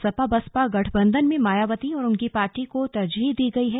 सपा बसपा गठबंधन में मायावती और उनकी पार्टी को तरजीह दी गई है